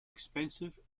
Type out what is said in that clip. expensive